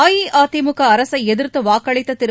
அஇஅதிமுக அரசை எதிர்த்து வாக்களித்த திரு